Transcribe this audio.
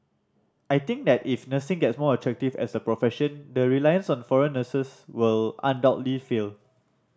I think that if nursing gets more attractive as a profession the reliance on foreign nurses will undoubtedly fall